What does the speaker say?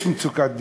יש מצוקת דיור,